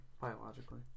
Biologically